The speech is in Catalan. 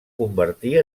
convertir